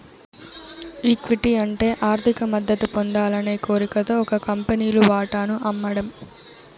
equity అంటే ఆర్థిక మద్దతు పొందాలనే కోరికతో ఒక కంపెనీలు వాటాను అమ్మడం